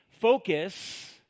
focus